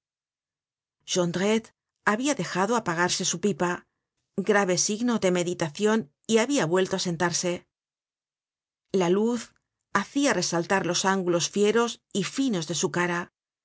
espantosa jondrette habia dejado apagarse su pipa grave signo de meditacion y habia vuelto á sentarse la luz hacia resaltar los ángulos fieros y finos de su cara